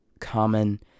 common